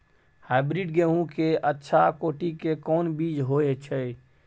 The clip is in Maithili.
हाइब्रिड गेहूं के अच्छा कोटि के कोन बीज होय छै?